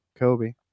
Kobe